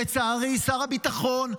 ולצערי שר הביטחון,